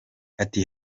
ati